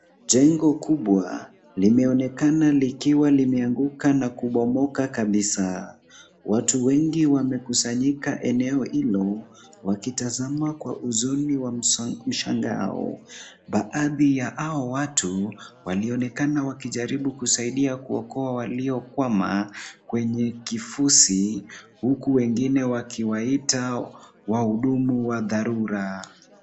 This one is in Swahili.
Jengo kubwa limeoneka likiwa limeanguka na kubomoka kabisa. Watu wengi wamekusanyika eneo hilo wakitazama kwa huzuni wa mshangao. Baadhi ya hao watu walionekana wakijakiribu kusaidia kuokoa waliokwama kwenye kifusi huku wengine wakiwaita wahudumu wa dharura.